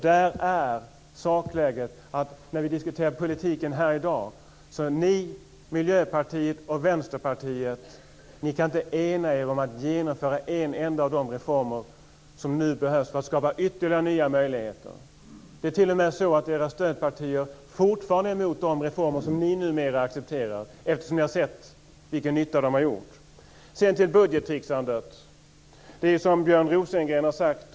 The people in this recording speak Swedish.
Men när vi diskuterar politiken här i dag är saken den att ni socialdemokrater, Miljöpartiet och Vänsterpartiet inte kan enas om att genomföra en enda av de reformer som nu behövs för att skapa ytterligare nya möjligheter. Det är t.o.m. så att era stödpartier fortfarande är emot de reformer som ni numera accepterar efter att ha sett vilken nytta de har gjort. Sedan ska jag ta upp budgettricksandet.